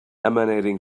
emanating